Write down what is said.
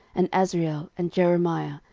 and azriel, and jeremiah,